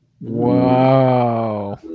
Wow